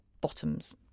bottoms